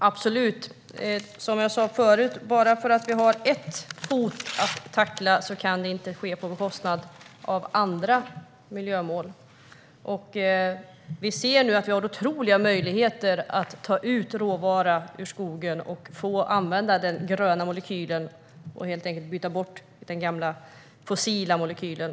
Fru talman! Det är det absolut! Som jag sa förut: Bara för att vi har ett hot att tackla kan det inte ske på bekostnad av andra miljömål. Vi ser nu att vi har otroligt stora möjligheter att ta ut råvara ur skogen och få använda den gröna molekylen och helt enkelt byta bort den gamla fossila molekylen.